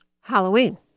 Halloween